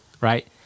right